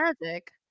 Magic